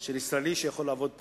של ישראלי שיכול לעבוד פה.